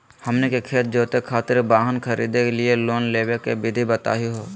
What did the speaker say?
हमनी के खेत जोते खातीर वाहन खरीदे लिये लोन लेवे के विधि बताही हो?